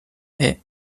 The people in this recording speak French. est